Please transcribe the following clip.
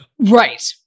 right